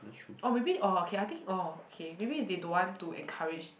orh maybe okay I think okay maybe is they don't want to encourage